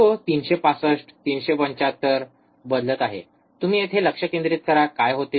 तो ३६५ ३७५ बदलत आहे तुम्ही येथे लक्ष केंद्रित करा काय होते